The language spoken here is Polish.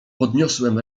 podniosłem